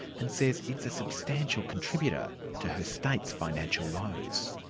and says it's a substantial contributor to her state's financial woes.